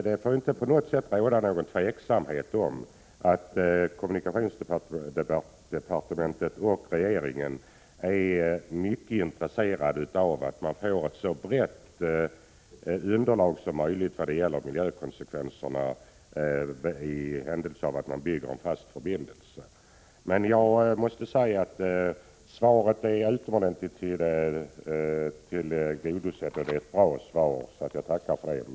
Det får inte råda något tvivel om att kommunikationsdepartementet och regeringen är mycket intresserade av att man får ett så brett underlag som möjligt när det gäller miljökonsekvenserna i händelse av att man bygger en fast förbindelse. Jag måste emellertid säga att jag är utomordentligt tillfredsställd med svaret, och jag tackar alltså för det.